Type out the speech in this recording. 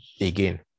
Again